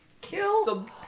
kill